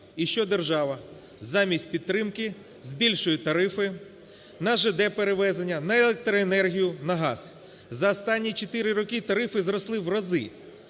І що держава? Замість підтримки збільшує тарифи на жд-перевезення, на електроенергію, на газ. За останні чотири роки тарифи зросли в рази.